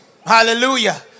hallelujah